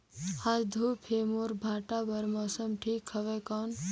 आज धूप हे मोर भांटा बार मौसम ठीक हवय कौन?